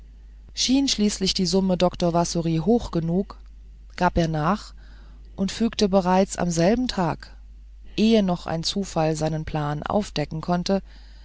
schien schließlich die summe dr wassory hoch genug gab er nach und fügte bereits am selben tage ehe noch ein zufall seinen plan aufdecken konnte